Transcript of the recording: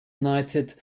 united